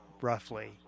roughly